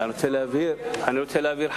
אני רוצה להבהיר חד-משמעית: